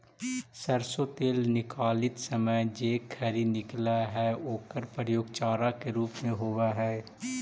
सरसो तेल निकालित समय जे खरी निकलऽ हइ ओकर प्रयोग चारा के रूप में होवऽ हइ